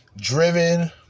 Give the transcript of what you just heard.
driven